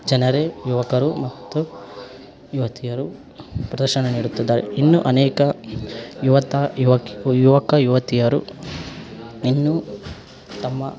ಜನರು ಯುವಕರು ಮತ್ತು ಯುವತಿಯರು ಪ್ರದರ್ಶನ ನೀಡುತ್ತಿದ್ದಾರೆ ಇನ್ನೂ ಅನೇಕ ಯುವಕ ಯುವಕ ಯುವಕ ಯುವತಿಯರು ಇನ್ನೂ ತಮ್ಮ